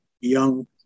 young